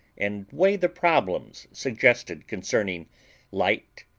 and weigh the problems suggested concerning light,